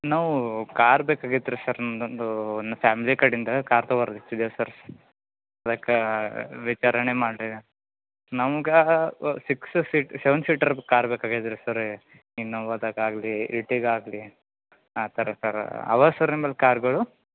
ನಾವು ಕಾರ್ ಬೇಕಾಗಿತ್ತು ರೀ ಸರ್ ನನ್ನದು ಫ್ಯಾಮಿಲಿ ಕಡಿಂದ ಕಾರ್ ತಗೋ ಸರ್ ಅದಕ್ಕೆ ವಿಚಾರಣೆ ಮಾಡಿ ನಮ್ಗೆ six seat seven seater car ಬೇಕಾಗೇದ ರೀ ಸರೆ ಇನ್ನೋವಾದಕ್ಕೆ ಆಗಲಿ ಇಟ್ಟಿಗ ಆಗಲಿ ಆ ಥರ ಸರ ಅವಾ ಸರ್ ನಿಂಬಲ್ಲಿ ಕಾರ್ಗಳು